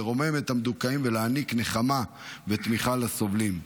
לרומם את המדוכאים ולהעניק נחמה ותמיכה לסובלים.